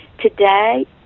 Today